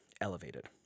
elevated